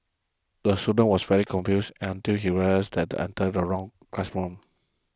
the student was very confused until he realised he entered the wrong classroom